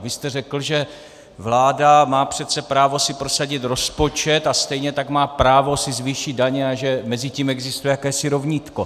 Vy jste řekl, že vláda má přece právo si prosadit rozpočet a stejně tak má právo si zvýšit daně a že mezi tím existuje jakési rovnítko.